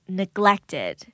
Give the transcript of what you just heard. neglected